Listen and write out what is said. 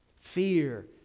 Fear